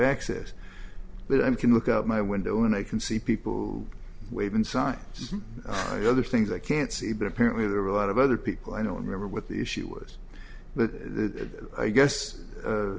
access but i'm can look out my window and they can see people waving signs some other things i can't see but apparently there are a lot of other people i don't remember what the issue was that i guess